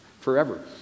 forever